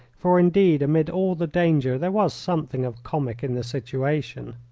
for, indeed, amid all the danger, there was something of comic in the situation.